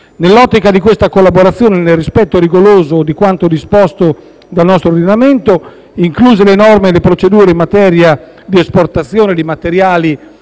Nell'ottica di questa collaborazione, e nel rispetto rigoroso di quanto disposto dal nostro ordinamento, incluse le norme e le procedure in materia di esportazione di materiali